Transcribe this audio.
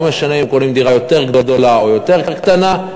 לא משנה אם הם קונים דירה גדולה יותר או קטנה יותר,